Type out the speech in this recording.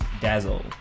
Dazzle